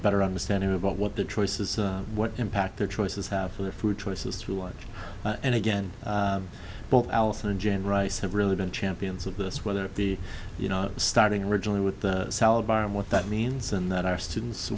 better understanding about what the choices what impact their choices have for their food choices through lunch and again both allison and jan rice have really been champions of this whether it be you know starting originally with the salad bar and what that means in that are students